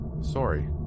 Sorry